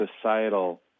societal